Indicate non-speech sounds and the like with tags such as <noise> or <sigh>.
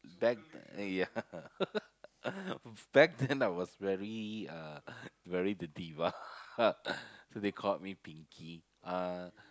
back yeah <laughs> back then I was very uh very the diva <laughs> so they called me pinky uh